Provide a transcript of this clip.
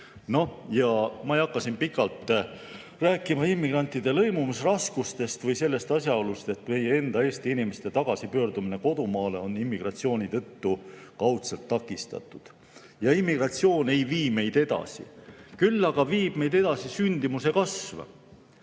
Ma ei hakka siin pikalt rääkima immigrantide lõimumisraskustest ega sellest asjaolust, et meie enda Eesti inimeste tagasipöördumine kodumaale on immigratsiooni tõttu kaudselt takistatud. Immigratsioon ei vii meid edasi. Küll aga viib meid edasi sündimuse kasv.